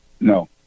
no